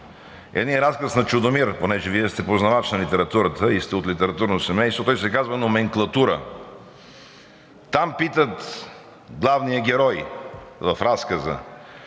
Един разказ на Чудомир, понеже Вие сте познавач на литературата и сте от литературно семейство. Той се казва: „Номенклатура“. Там питат главния герой – в разказа,